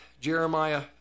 Jeremiah